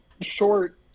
short